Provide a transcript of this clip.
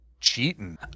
Cheating